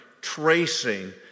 tracing